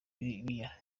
biya